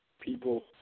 people